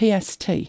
PST